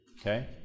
okay